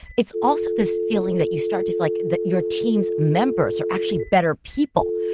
it's also this feeling that you start to feel like that your team's members are actually better people.